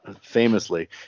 Famously